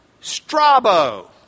Strabo